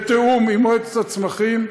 בתיאום עם מועצת הצמחים,